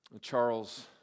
Charles